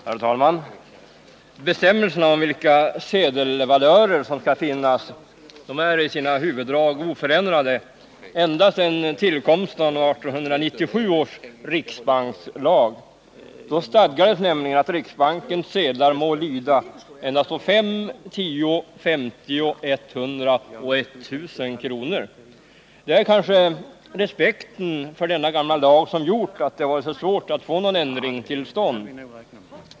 Herr talman! Bestämmelserna om vilka sedelvalörer som skall finnas är i sina huvuddrag oförändrade ända sedan tillkomsten av 1897 års riksbankslag. Då stadgades nämligen att ”riksbankens sedlar må lyda endast å fem, tio, femtio, ett hundra och ett tusen kronor”. Det är kanske respekten för denna gamla lag som gjort att det har varit så svårt att få någon ändring till stånd.